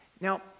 Now